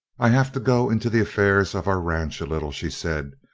i have to go into the affairs of our ranch a little, she said,